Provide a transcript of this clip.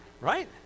Right